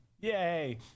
Yay